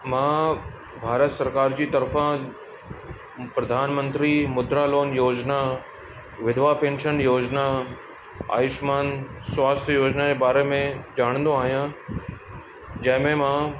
मां भारत सरकारि जी तरफ़ा प्रधानमंत्री मुद्रा लोन योजिना विधवा पैंशन योजिना आयुष्मान स्वास्थ्य योजिना जे बारे में ॼाणंदो आहियां जंहिं में मां